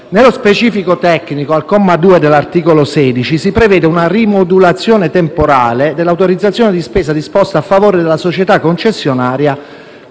Nello specifico tecnico, al comma 2 dell'articolo 16 si prevede una rimodulazione temporale dell'autorizzazione di spesa disposta a favore della società concessionaria